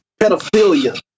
pedophilia